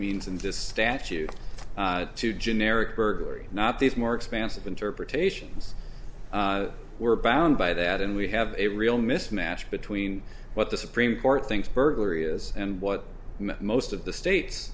means in this statute to generic burglary not these more expansive interpretations we're bound by that and we have a real mismatch between what the supreme court thinks burglarious and what most of the states